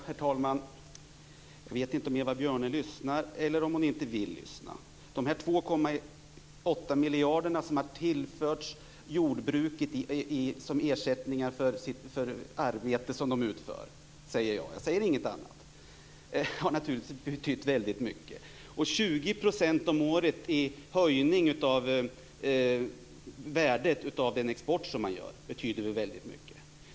Herr talman! Jag vet inte om Eva Björne inte kan eller inte vill lyssna. De 2,8 miljarder som har tillförts jordbruket som ersättning för arbete som det har utfört - jag säger inget annat - har naturligtvis betytt väldigt mycket. 20 % höjning om året av värdet på exporten betyder väl också väldigt mycket.